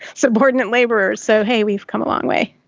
subordinate labourers. so hey, we've come a long way.